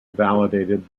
validated